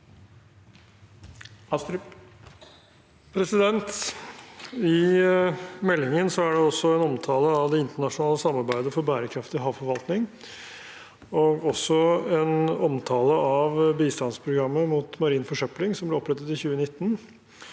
I meldingen er det også en omtale av det internasjonale samarbeidet for bærekraftig havforvaltning og en omtale av bistandsprogrammet mot marin forsøpling, som ble opprettet i 2019.